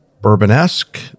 bourbon-esque